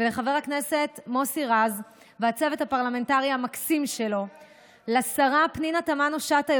חבר הכנסת מוסי רז והצוות הפרלמנטרי המקסים שלו והשרה פנינה תמנו שטה,